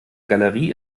galerie